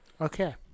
Okay